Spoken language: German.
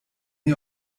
ihr